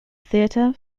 theatre